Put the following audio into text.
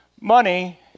money